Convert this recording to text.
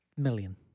million